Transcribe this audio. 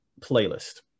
playlist